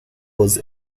was